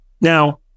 now